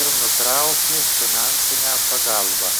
ir nutraukė finansinę pagalbą